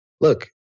look